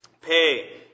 pay